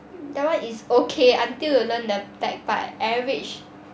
that [one] is okay until you learn the tech but average